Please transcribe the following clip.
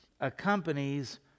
accompanies